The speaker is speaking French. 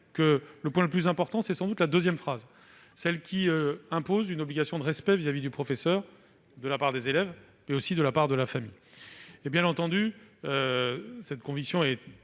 que le point le plus important se trouve sans doute dans la deuxième phrase, qui impose une obligation de respect vis-à-vis du professeur de la part des élèves, mais aussi de la part de leurs familles. Bien entendu, cette conviction est